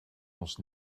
ons